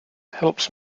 helps